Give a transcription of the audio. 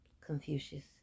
Confucius